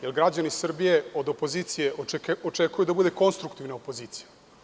Jer, građani Srbije od opozicije očekuju da bude konstruktivna opozicija.